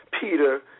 Peter